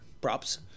Props